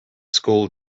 school